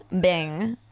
bing